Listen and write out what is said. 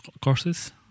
courses